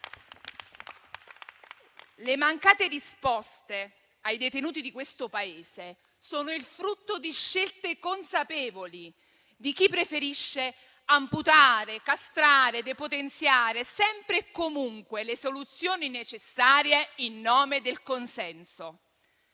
Le mancate risposte ai detenuti di questo Paese sono il frutto di scelte consapevoli di chi preferisce amputare, castrare, depotenziare sempre e comunque le soluzioni necessarie in nome del consenso.